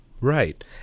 Right